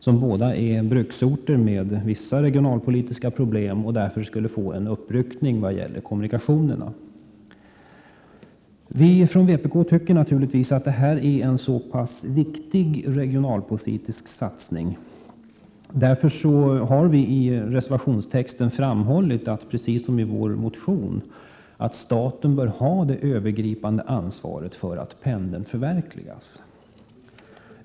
Båda dessa är bruksorter med vissa regionalpolitiska problem och skulle genom detta få en uppryckning i vad gäller kommunikationerna. Vi från vpk tycker att Bergslagspendeln är en viktig regionalpolitisk satsning. Därför har vi i vår reservation, liksom i vår motion, framhållit att staten bör ha det övergripande ansvaret för att projektet förverkligas.